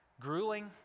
grueling